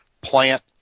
plant